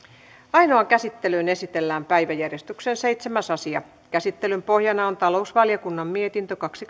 ainoaan käsittelyyn esitellään päiväjärjestyksen seitsemäs asia käsittelyn pohjana on talousvaliokunnan mietintö kaksi